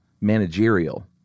managerial